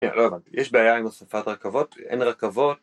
לא הבנתי, יש בעיה עם הוספת רכבות? אין רכבות?